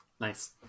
Nice